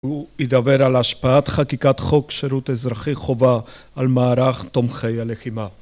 הוא ידבר על השפעת חקיקת חוק שירות אזרחי חובה על מערך תומכי הלחימה.